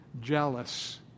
jealous